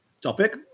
Topic